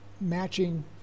matching